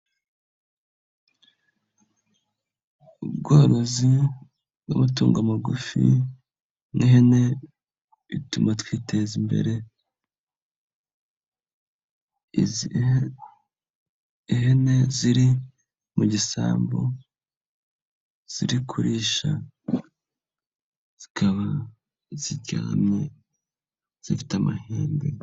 Ubworozi n'amatungo magufi n'ihene ituma twiteza imbere izi hene ziri mu gisambu ziri kurisha zikaba ziryamye zifite amahembe.